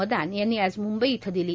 मदान यांनी आज म्ंबई इथं दिली